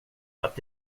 att